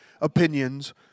opinions